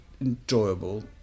enjoyable